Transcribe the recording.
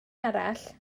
arall